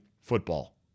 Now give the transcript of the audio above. football